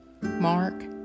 Mark